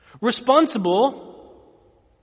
responsible